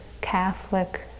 catholic